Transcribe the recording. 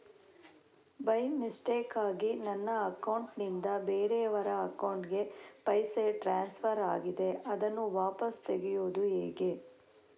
By ಮಿಸ್ಟೇಕಾಗಿ ನನ್ನ account ನಿಂದ ಬೇರೆಯವರ ಅಕೌಂಟ್ ಗೆ ಪೈಸೆ ಟ್ರಾನ್ಸ್ಫರ್ ಆಗಿದೆ ಅದನ್ನು ವಾಪಸ್ ತೆಗೆಯೂದು ಹೇಗೆ?